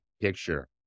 picture